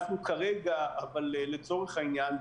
לצורך העניין,